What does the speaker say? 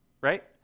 right